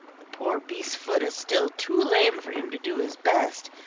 the poor beast's foot is still too lame for him to do his best,